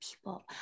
people